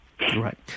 Right